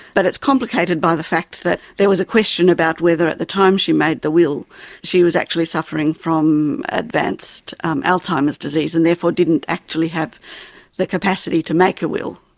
but it's complicated by the fact that there was a question about whether at the time she made the will she was actually suffering from advanced um alzheimer's disease, and therefore didn't actually have the capacity to make a will.